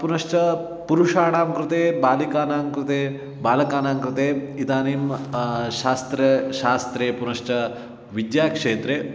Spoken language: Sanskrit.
पुनश्च पुरुषाणां कृते बालिकानां कृते बालकानां कृते इदानीं शास्त्रं शास्त्रे पुनश्च विद्याक्षेत्रे